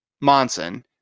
Monson